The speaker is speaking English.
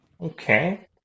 Okay